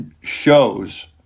shows